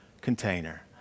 container